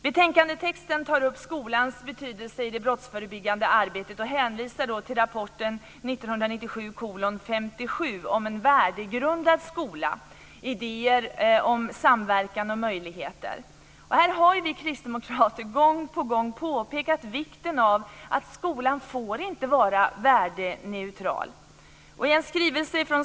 Betänkandetexten tar upp skolans betydelse i det brottsförebyggande arbetet och hänvisar till rapporten Vi kristdemokrater har gång på gång påpekat att skolan inte får vara värdeneutral.